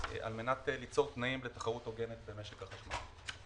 על-מנת ליצור תנאים לתחרות הוגנת במשק החשמל.